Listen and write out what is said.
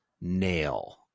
nail